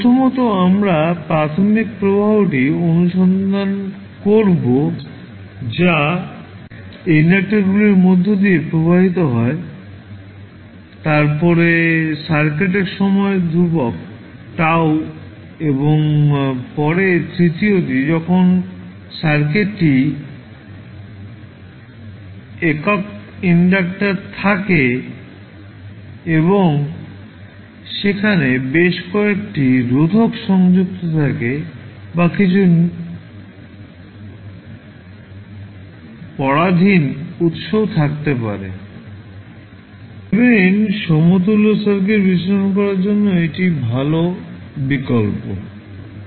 প্রথমত আমাদের প্রাথমিক প্রবাহটি অনুসন্ধান করবো যা ইন্ডাক্টারগুলির মধ্য দিয়ে প্রবাহিত হয় তারপরে সার্কিটের সময় ধ্রুবক TAU এবং পরে তৃতীয়ত যখন সার্কিটটির একক ইন্ডাক্টার থাকে এবং সেখানে বেশ কয়েকটি রোধক সংযুক্ত থাকে বা কিছু পরাধীন উৎসও থাকতে পারে থেভেনিন সমতুল্য সার্কিট বিশ্লেষণ করার জন্য একটি ভাল বিকল্প হবে